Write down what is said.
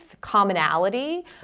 commonality